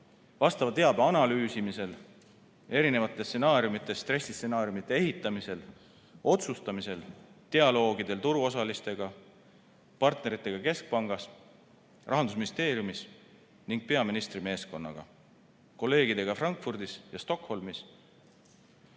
vastava teabe analüüsimisel, erinevate stsenaariumide, stressistsenaariumide ehitamisel, otsustamisel, dialoogidel turuosalistega, partneritega keskpangas, Rahandusministeeriumis ning peaministri meeskonnaga ja kolleegidega Frankfurdis ja Stockholmis.